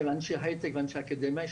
שהם אנשי הייטק ואנשי אקדמיה,